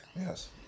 Yes